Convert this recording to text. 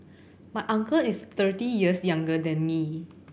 my uncle is thirty years younger than me